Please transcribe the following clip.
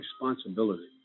responsibility